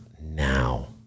now